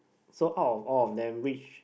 so out of all of them which